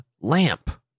LAMP